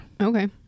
Okay